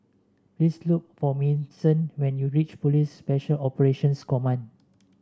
please look for Manson when you reach Police Special Operations Command